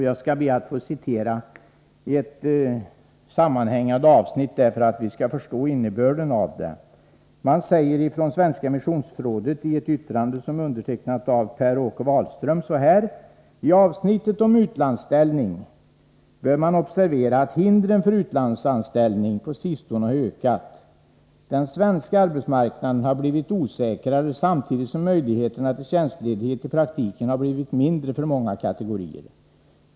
Jag skall be att få citera ett sammanhängande avsnitt för att vi skall förstå innebörden av det. Svenska missionsrådet säger i ett yttrande som är undertecknat av Per-Åke Wahlström: ”I avsnittet om ”utlandsanställning” bör man observera att hindren för utlandsanställning på sistone har ökat. Den svenska arbetsmarknaden har blivit osäkrare samtidigt som möjligheterna till tjänstledighet i praktiken har blivit mindre för många kategorier.